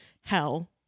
hell